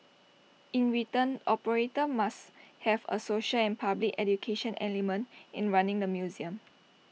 in return operator must have A social and public education element in running the museum